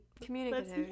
Communicative